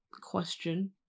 question